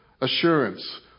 assurance